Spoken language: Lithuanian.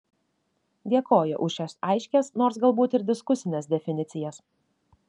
dėkoju už šias aiškias nors galbūt ir diskusines definicijas